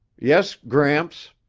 yes, gramps.